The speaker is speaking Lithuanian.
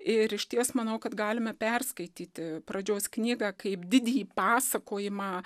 ir išties manau kad galime perskaityti pradžios knygą kaip didįjį pasakojimą